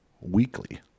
weekly